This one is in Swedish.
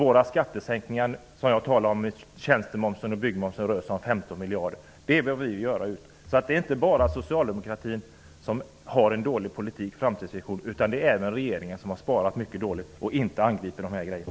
Våra skattesänkningar för tjänstemomsen och byggmomsen, som jag talade om, rör sig om 15 Det är inte bara Socialdemokraterna som har en dålig politik och framtidsvision, utan det är även regeringen som har sparat mycket dåligt och inte angripit problemen.